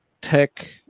tech